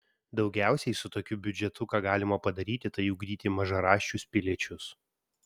daugiausiai su tokiu biudžetu ką galima padaryti tai ugdyti mažaraščius piliečius